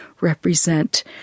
represent